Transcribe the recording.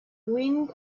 wind